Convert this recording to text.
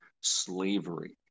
slavery